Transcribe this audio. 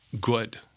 good